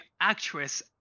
actress